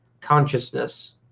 consciousness